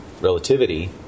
relativity